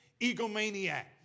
egomaniac